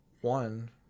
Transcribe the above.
One